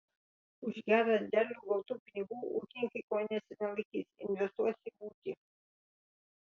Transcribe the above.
už gerą derlių gautų pinigų ūkininkai kojinėse nelaikys investuos į ūkį